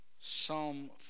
Psalm